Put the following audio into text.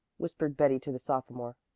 whispered betty to the sophomore.